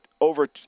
over